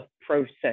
process